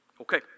Okay